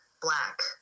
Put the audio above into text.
black